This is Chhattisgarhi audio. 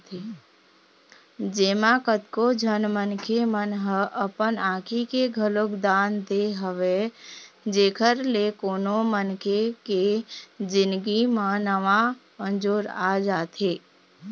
जेमा कतको झन मनखे मन ह अपन आँखी के घलोक दान दे हवय जेखर ले कोनो मनखे के जिनगी म नवा अंजोर आ जाथे